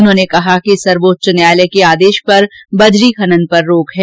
उन्होंने कहा कि सर्वोच्च न्यायालय के आदेश पर बजरी खनन पर रोक है